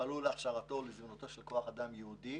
יפעלו להכשרתו ולזמינותו של כוח אדם ייעודי